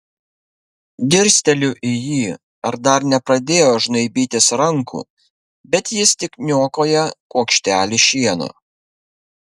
dirsteliu į jį ar dar nepradėjo žnaibytis rankų bet jis tik niokoja kuokštelį šieno